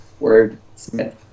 Wordsmith